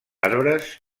arbres